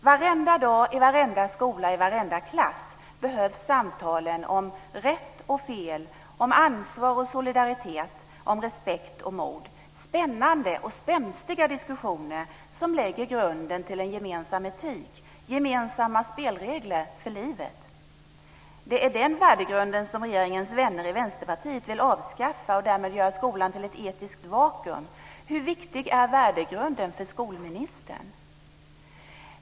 Varenda dag i varenda skola i varenda klass behövs samtalen om rätt och fel, ansvar och solidaritet, respekt och mod; spännande och spänstiga diskussioner som lägger grunden till en gemensam etik, gemensamma spelregler för livet. Det är den värdegrunden som regeringens vänner i Vänsterpartiet vill avskaffa och därmed göra skolan till ett etiskt vakuum. Hur viktig är värdegrunden för skolministern?